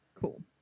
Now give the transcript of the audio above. Cool